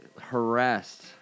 harassed